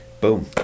Boom